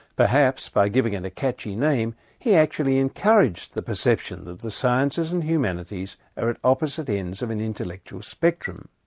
perhaps, by giving it a catchy name, he actually encouraged the perception that the sciences and humanities are at opposite ends of an intellectual spectrum.